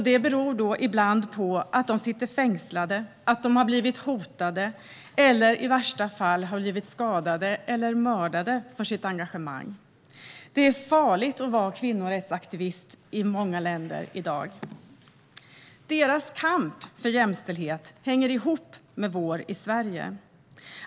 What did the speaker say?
Detta beror ibland på att de sitter fängslade, att de har blivit hotade eller - i värsta fall - att de har blivit skadade eller mördade för sitt engagemang. Det är farligt att vara kvinnorättsaktivist i många länder i dag. Deras kamp för jämställdhet hänger ihop med vår kamp i Sverige.